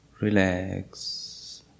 relax